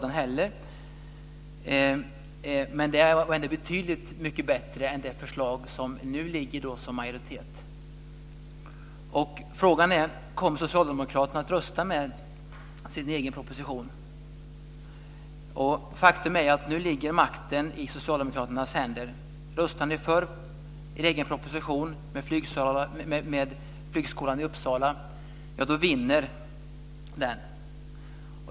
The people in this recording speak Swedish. Men det förslaget var ändå betydligt mycket bättre än det förslag som nu ligger som majoritetsförslag. Frågan är om Socialdemokraterna kommer att rösta för sin egen proposition. Faktum är att nu ligger makten i Socialdemokraternas händer. Röstar ni för er egen proposition med Flygskolan i Uppsala vinner den.